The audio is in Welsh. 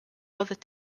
byddet